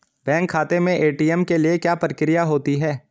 Bank खाते में ATM के लिए क्या प्रक्रिया होती है?